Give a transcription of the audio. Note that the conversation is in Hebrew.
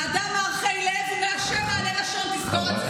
עכשיו,